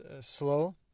slow